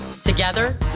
Together